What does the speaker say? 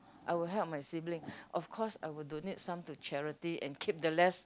I would help my sibling of course I will donate some to charity and keep the less